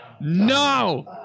No